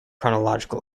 chronological